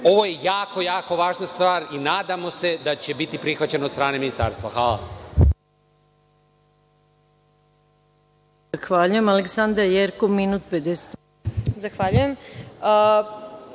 Ovo je jako, jako važna stvar i nadamo se da će biti prihvaćen od strane Ministarstva. Hvala.